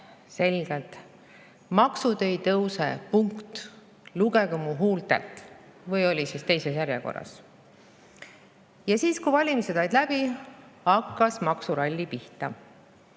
selgelt: "Maksud ei tõuse. Punkt! Lugege mu huultelt!" Või oli see teises järjekorras? Ja siis, kui valimised olid läbi, hakkas maksuralli pihta.